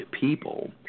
people